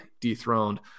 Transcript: dethroned